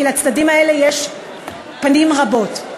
כי לצדדים האלה יש פנים רבות.